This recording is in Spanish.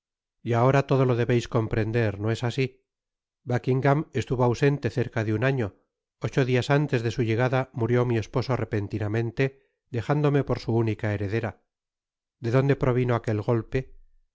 y ahora todo lo debeis comprender no es asi buckingam estuvo ausente cerca de un año ocho dias antes de su llegada murió mi esposo repentinamente dejándome por su única heredera de dónde provino aquel golpe